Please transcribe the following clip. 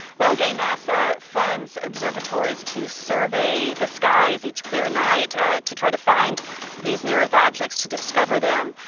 well gay, nasa funds observatories to survey the skies each clear night ah to try to find these near earth objects, to discover them.